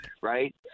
right